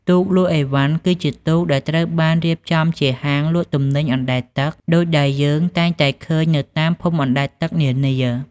ទូកលក់អីវ៉ាន់ គឺជាទូកដែលត្រូវបានរៀបចំជាហាងលក់ទំនិញអណ្តែតទឹក ដូចដែលយើងតែងតែឃើញនៅតាមភូមិអណ្តែតទឹកនានា។